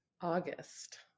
August